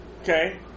Okay